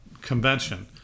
convention